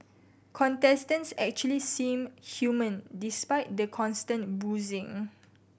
contestants actually seem human despite the constant boozing